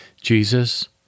Jesus